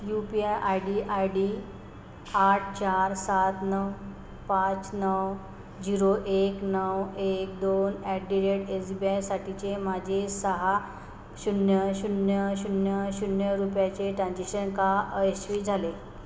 you P I I D I D आठ चार सात नऊ पाच नऊ झिरो एक नऊ एक दोन at the rate S B I साठीचे माझे सहा शून्य शून्य शून्य शून्य रुपयाचे ट्रान्झेक्शन का अयशस्वी झाले